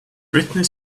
britney